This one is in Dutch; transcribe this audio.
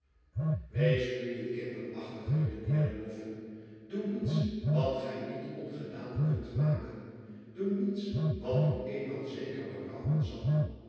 wees nu niet kinderachlig redeneerde boffin idoe niets wat gij niet ongedaan kunt maken doe niets wat u eenmaal zeker berouwen zal